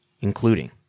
including